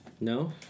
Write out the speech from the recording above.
No